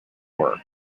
work